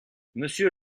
monsieur